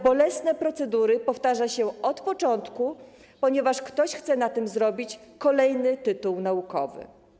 Bolesne procedury powtarza się od początku, ponieważ ktoś chce na tym zrobić kolejny tytuł naukowy.